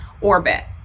orbit